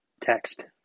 text